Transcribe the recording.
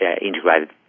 integrated